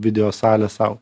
video salę sau